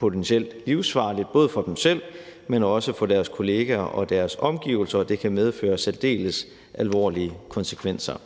potentielt livsfarligt, både for dem selv, men også for deres kolleger og deres omgivelser, og det kan medføre særdeles alvorlige konsekvenser.